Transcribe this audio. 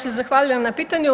se zahvaljujem na pitanju.